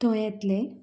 थंय येतले